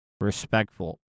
respectful